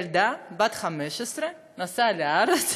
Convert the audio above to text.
ילדה בת 15 נסעה לארץ